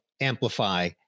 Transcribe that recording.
Amplify